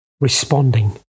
responding